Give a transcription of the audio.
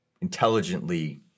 intelligently